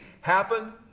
happen